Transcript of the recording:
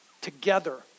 together